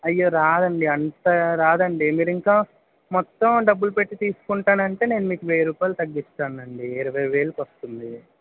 అయ్యో రాదండి అంత రాదండి మీరు ఇంకా మొత్తం డబ్బులు పెట్టి తీసుకుంటానంటే నేను మీకు వెయ్యి రూపాయలు తగ్గిస్తానండి ఇరవైవేలకు వస్తుంది